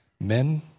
Men